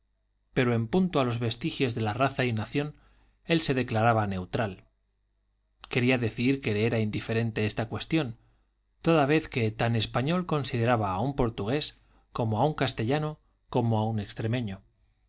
pero en punto a los vestigios de raza y nación él se declaraba neutral quería decir que le era indiferente esta cuestión toda vez que tan español consideraba a un portugués como a un castellano como a un extremeño